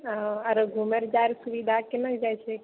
आ आओर घुमय लए जाइ छी केना जाइ छे